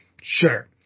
Sure